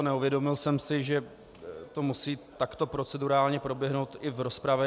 Neuvědomil jsem si, že to musí takto procedurálně proběhnout i v rozpravě.